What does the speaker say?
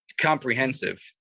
comprehensive